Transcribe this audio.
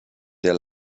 der